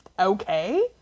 okay